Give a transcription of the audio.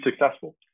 successful